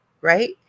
right